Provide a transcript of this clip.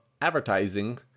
advertising